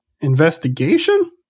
investigation